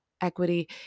equity